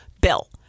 bill